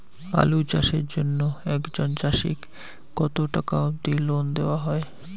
আলু চাষের জন্য একজন চাষীক কতো টাকা অব্দি লোন দেওয়া হয়?